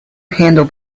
handle